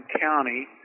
County